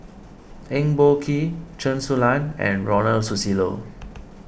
Eng Boh Kee Chen Su Lan and Ronald Susilo